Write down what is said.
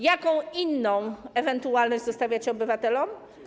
Jaką inną ewentualność zostawiacie obywatelom?